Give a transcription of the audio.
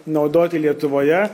naudoti lietuvoje